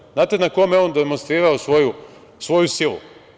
Da li znate na kome je on demonstrirao svoju silu?